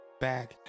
back